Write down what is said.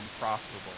profitable